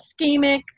ischemic